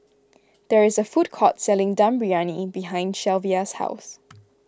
there is a food court selling Dum Briyani behind Shelvia's house